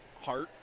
heart